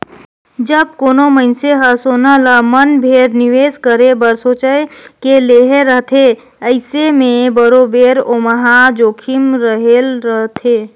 जब कोनो मइनसे हर सोना ल मन भेर निवेस करे बर सोंएच के लेहे रहथे अइसे में बरोबेर ओम्हां जोखिम रहले रहथे